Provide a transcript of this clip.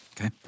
Okay